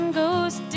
goes